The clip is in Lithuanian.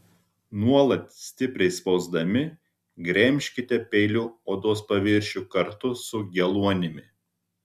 nuolat stipriai spausdami gremžkite peiliu odos paviršių kartu su geluonimi